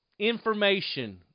information